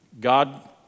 God